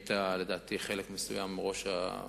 היית חלק מסוים מהזמן ראש הקואליציה,